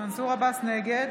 נגד